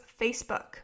Facebook